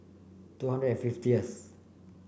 two hundred and fiftieth